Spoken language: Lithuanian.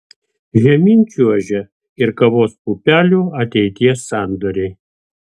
žemyn čiuožia ir kavos pupelių ateities sandoriai